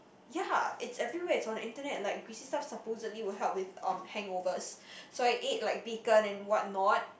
ya it's everywhere it's on the internet like greasy stuff is supposedly will help with um hangovers so I ate like bacon and what not